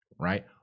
Right